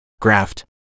Graft